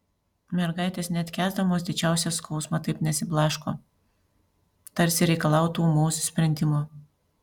mergaitės net kęsdamos didžiausią skausmą taip nesiblaško tarsi reikalautų ūmaus sprendimo